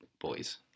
boys